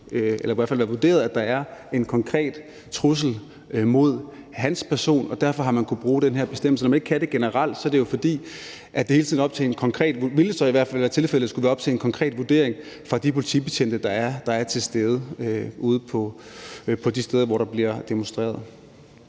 Paludan, har man vurderet, at der er en konkret trussel mod hans person, og derfor har man kunnet bruge den her bestemmelse. Når man ikke kan det generelt, er det jo, fordi det så hele tiden ville skulle være op til en konkret vurdering foretaget af de politibetjente, der er til stede de steder, hvor der bliver demonstreret.